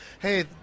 hey